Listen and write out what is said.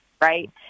right